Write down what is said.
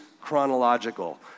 chronological